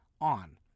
on